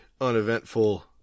uneventful